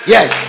Yes